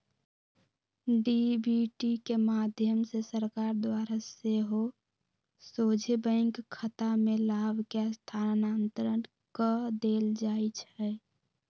DBT के माध्यम से सरकार द्वारा सेहो सोझे बैंक खतामें लाभ के स्थानान्तरण कऽ देल जाइ छै